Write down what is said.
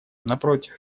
напротив